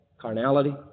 Carnality